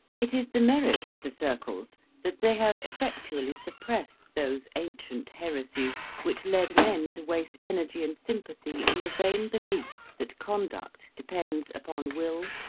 it is the merit of the circles that they have effectually suppressed those ancient heresies which led men to waste energy and sympathy in the vain belief that conduct depends upon will,